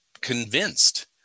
convinced